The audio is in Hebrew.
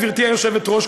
גברתי היושבת-ראש,